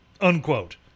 Unquote